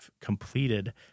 completed